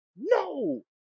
No